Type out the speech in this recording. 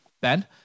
Ben